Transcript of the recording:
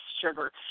sugar